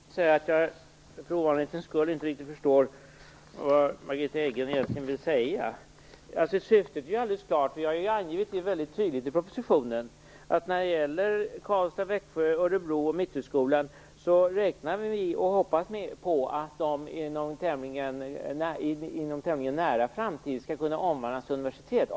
Fru talman! Jag måste säga att jag för ovanlighetens skull inte riktigt förstår vad Margitta Edgren egentligen vill säga. Syftet är är ju alldeles klart. I propositionen har vi tydligt angivit att vi hoppas på och räknar med att Karlstad, Växjö, Örebro och Mitthögskolan inom en tämligen nära framtid skall kunna omvandlas till universitet.